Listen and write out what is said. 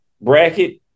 bracket